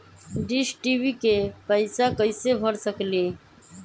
Dish TV के पैईसा कईसे भर सकली?